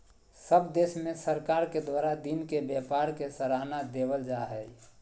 सब देश में सरकार के द्वारा दिन के व्यापार के सराहना देवल जा हइ